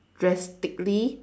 drastically